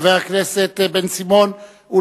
חבר הכנסת בן-סימון,